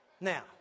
Now